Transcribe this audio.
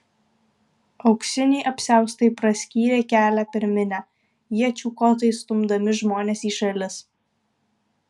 auksiniai apsiaustai praskyrė kelią per minią iečių kotais stumdami žmones į šalis